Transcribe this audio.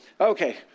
Okay